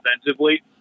offensively